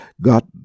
got